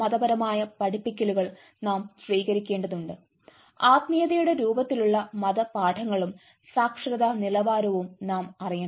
മതപരമായ പഠിപ്പിക്കലുകൾ നാം സ്വീകരിക്കേണ്ടതുണ്ട് ആത്മീയതയുടെ രൂപത്തിലുള്ള മത പാഠങ്ങളും സാക്ഷരതാ നിലവാരവും നാം അറിയണം